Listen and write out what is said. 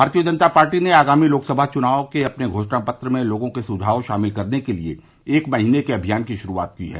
भारतीय जनता पार्टी ने आगामी लोक सभा चुनाव के अपने घोषणा पत्र में लोगों के सुझाव शामिल करने के लिए एक महीने के अभियान की शुरूआत की है